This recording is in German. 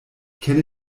kenne